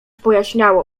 pojaśniało